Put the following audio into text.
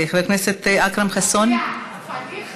חבר הכנסת אכרם חסון, פדידה.